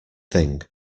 thing